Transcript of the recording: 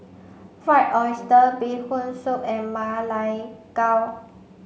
fried oyster bee hoon soup and Ma Lai Gao